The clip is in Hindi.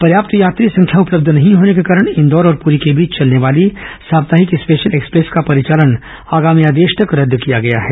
पर्याप्त यात्री संख्या उपलब्ध नहीं होने के कारण इंदौर और पुरी के बीच चलने वाली साप्ताहिक स्पेशल एक्सप्रेस का परिचालन आगामी आदेश तक रद्द किया गया है